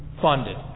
funded